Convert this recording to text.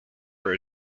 for